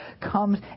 comes